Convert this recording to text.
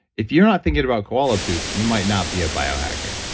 if you're not thinking about koala poop, you might not be a biohacker.